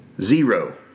zero